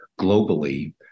globally